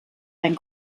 einen